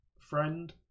friend